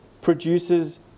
produces